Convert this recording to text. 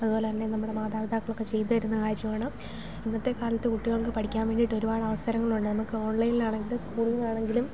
അതുപോലെതന്നെ നമ്മുടെ മാതപിതാക്കളൊക്കെ ചെയ്തു തരുന്ന കാര്യമാണ് ഇന്നത്തെ കാലത്തെ കുട്ടികൾക്ക് പഠിക്കാൻ വേണ്ടിയിട്ട് ഒരുപാട് അവസരങ്ങളുണ്ട് നമുക്ക് ഓൺലൈനിലാണെങ്കിലും സ്കൂളുകളാണെങ്കിലും